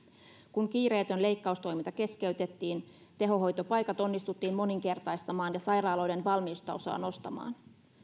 kun kiireetön leikkaustoiminta keskeytettiin tehohoitopaikat onnistuttiin moninkertaistamaan ja sairaaloiden valmiustasoa nostamaan